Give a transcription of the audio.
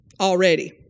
already